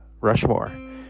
Rushmore